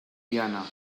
diana